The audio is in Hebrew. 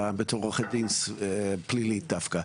שאלה בתור עורכת דין פלילית דווקא.